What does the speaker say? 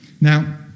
now